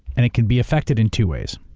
and it can be effected in two ways.